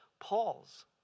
pause